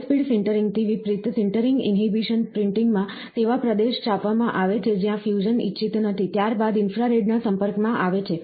high speed સિન્ટરિંગથી વિપરીત sintering inhibition printing માં તેવા પ્રદેશમાં છાપવામાં આવે છે જ્યાં ફ્યુઝન ઇચ્છિત નથી ત્યારબાદ ઇન્ફ્રારેડના સંપર્કમાં આવે છે